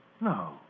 No